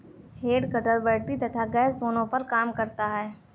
head cutter battery तथा gas दोनों पर काम करता है